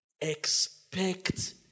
expect